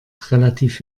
relativ